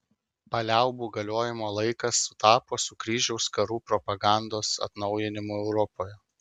paliaubų galiojimo laikas sutapo su kryžiaus karų propagandos atnaujinimu europoje